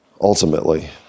ultimately